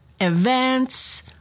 events